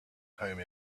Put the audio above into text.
home